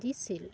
দিছিল